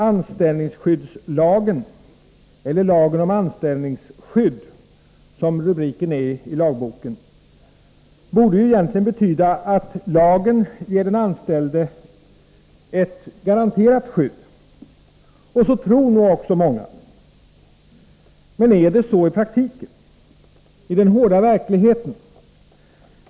Anställningsskyddslagen -— eller lagen om anställningsskydd, som rubriken är i lagboken — borde egentligen betyda att lagen ger den anställde ett garanterat skydd. Det tror nog också många. Men är det så i praktiken, i den hårda verkligheten?